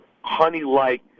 honey-like